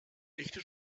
echte